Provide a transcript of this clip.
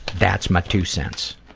that's my two cents.